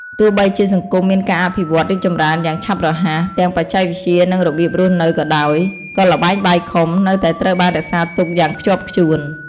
ទោះបីជាសង្គមមានការអភិវឌ្ឍរីកចម្រើនយ៉ាងឆាប់រហ័ស ទាំងបច្ចេកវិទ្យា និងរបៀបរស់នៅក៏ដោយ ក៏ ល្បែងបាយខុំ នៅតែត្រូវបានរក្សាទុកយ៉ាងខ្ជាប់ខ្ជួន។